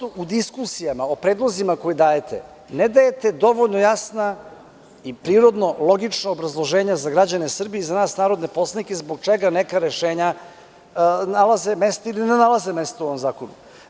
U diskusijama, o predlozima koje dajete ne dajete dovoljno jasna i prirodno logična obrazloženja za građane Srbije i za nas narodne poslanike zbog čega neka rešenja nalaze mesto ili ne nalaze mesto u ovom zakonu.